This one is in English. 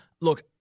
look